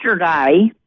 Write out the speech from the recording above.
yesterday